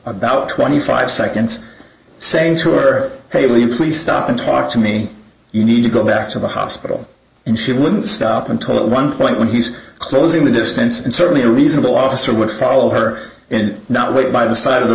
about twenty five seconds saying to her ok will you please stop and talk to me you need to go back to the hospital and she wouldn't stop until at one point when he's closing the distance and certainly a reasonable officer would follow her and not wait by the side of the